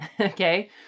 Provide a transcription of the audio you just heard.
Okay